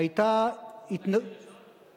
אתה כלי ראשון?